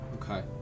Okay